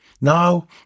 Now